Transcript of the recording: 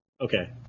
Okay